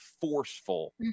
forceful